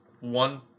one